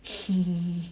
hmm hmm